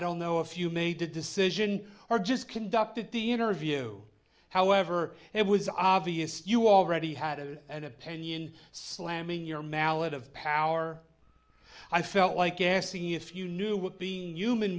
don't know if you made the decision or just conducted the interview however it was obvious you already had it and opinion slamming your mallet of power i felt like asking if you knew what being human